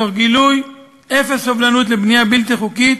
תוך גילוי אפס סובלנות לבנייה בלתי חוקית